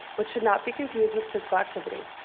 which should not be confused with physical activity.